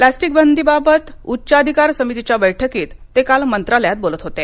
प्लास्टिकबंदीबाबत उच्चाधिकार समितीच्या बैठकीतते काल मंत्रालयात बोलत होते